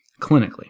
clinically